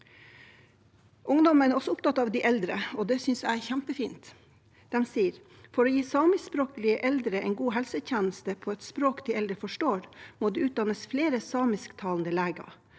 Ungdommen er også opptatt av de eldre, og det synes jeg er kjempefint. De sier at for å gi samiskspråklige eldre en god helsetjeneste på et språk de eldre forstår, må det utdannes flere samisktalende leger.